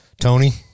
Tony